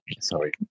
Sorry